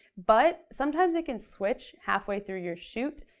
but sometimes it can switch halfway through your shoot,